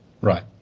Right